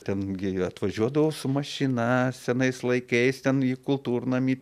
ten gi ir atvažiuodavo su mašina senais laikais ten į kultūrnamį